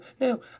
no